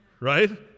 right